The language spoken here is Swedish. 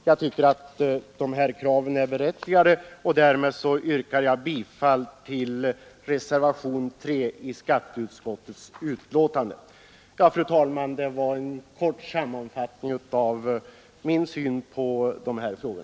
Jag tycker att dessa båda krav är berättigade, och därmed yrkar jag bifall till reservationen 3 i skatteutskottets betänkande. Fru talman! Det var en kort sammanfattning av min syn på dessa frågor.